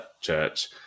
Church